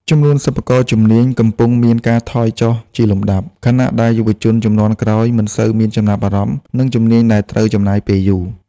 ចំនួនសិប្បករជំនាញកំពុងមានការថយចុះជាលំដាប់ ខណៈដែលយុវជនជំនាន់ក្រោយមិនសូវមានចំណាប់អារម្មណ៍នឹងជំនាញដែលត្រូវចំណាយពេលយូរ។